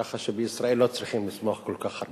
ככה שבישראל לא צריכים לשמוח כל כך.